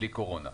בלי קורונה.